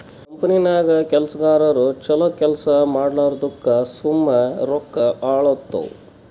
ಕಂಪನಿನಾಗ್ ಕೆಲ್ಸಗಾರು ಛಲೋ ಕೆಲ್ಸಾ ಮಾಡ್ಲಾರ್ದುಕ್ ಸುಮ್ಮೆ ರೊಕ್ಕಾ ಹಾಳಾತ್ತುವ್